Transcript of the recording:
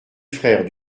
frère